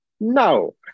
No